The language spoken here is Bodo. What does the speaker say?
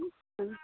ओं